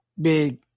big